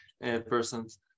persons